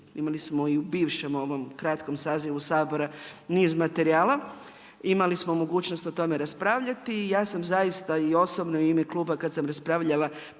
imali smo i u bivšem ovom kratkom sazivu Sabora niz materijala, imali smo mogućnost o tome raspravljati. I ja sam zaista i osobno i u ime kluba kad sam raspravljala